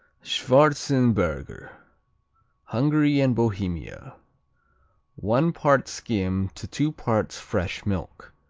schwarzenberger hungary and bohemia one part skim to two parts fresh milk.